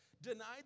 denied